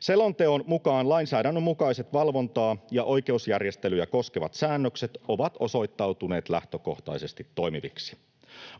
Selonteon mukaan lainsäädännön mukaiset valvontaa ja oikeusturvajärjestelyjä koskevat säännökset ovat osoittautuneet lähtökohtaisesti toimiviksi.